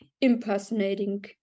impersonating